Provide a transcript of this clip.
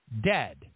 dead